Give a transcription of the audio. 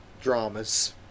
dramas